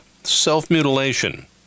self-mutilation